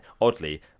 oddly